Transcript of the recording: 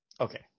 okay